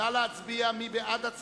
נא להצביע, מי בעד?